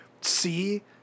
see